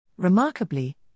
Remarkably